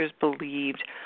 believed